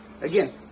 Again